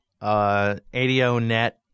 ADO-net